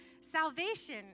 Salvation